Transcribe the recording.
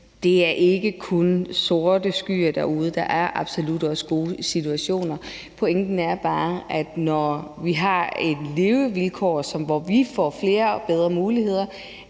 Det er ikke kun sorte skyer derude; der er absolut også gode situationer. Pointen er bare, at når vi har de levevilkår, hvor vi får flere og bedre muligheder